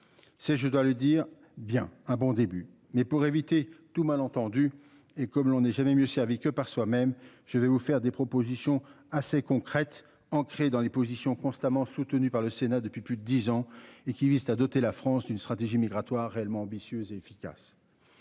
C'est, je dois le dire bien un bon début, mais pour éviter tout malentendu. Et comme l'on est jamais mieux servi que par soi-même. Je vais vous faire des propositions assez concrètes ancré dans les positions constamment soutenu par le Sénat depuis plus de 10 ans et qui vise à doter la France d'une stratégie migratoire réellement ambitieuse et efficace.